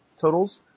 totals